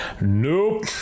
Nope